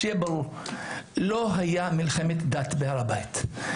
שיהיה ברור, לא הייתה מלחמת דת בהר הבית.